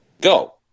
go